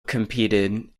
competed